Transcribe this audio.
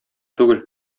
түгел